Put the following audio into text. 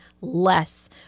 less